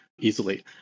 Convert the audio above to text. easily